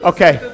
Okay